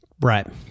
Right